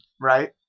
right